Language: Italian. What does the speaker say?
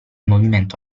movimento